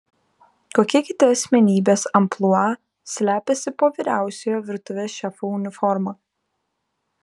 kokie kiti asmenybės amplua slepiasi po vyriausiojo virtuvės šefo uniforma